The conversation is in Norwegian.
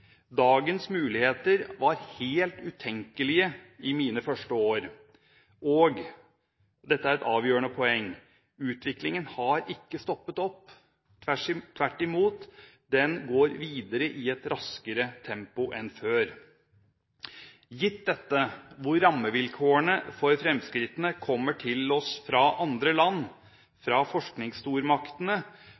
Dagens muligheter var helt utenkelige i mine første år, og – dette er et avgjørende poeng – utviklingen har ikke stoppet opp, tvert imot, den går videre i et raskere tempo enn før. Gitt dette, hvor rammevilkårene for fremskrittene kommer til oss fra andre land, fra